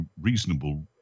reasonable